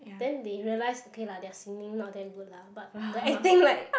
then they realise okay lah their singing not that good lah but the acting like